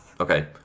Okay